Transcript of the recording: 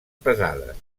pesades